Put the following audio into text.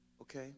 okay